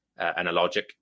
analogic